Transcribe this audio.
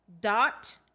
dot